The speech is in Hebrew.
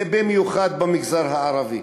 ובמיוחד במגזר הערבי.